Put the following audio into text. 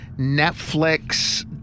Netflix